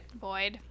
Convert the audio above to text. Void